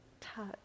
touch